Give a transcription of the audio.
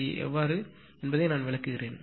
அது எப்படி சரியானது என்பதை நான் விளக்குகிறேன்